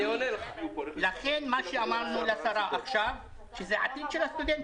לכן, אמרנו לשרה עכשיו שזה העתיד של הסטודנטים.